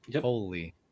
Holy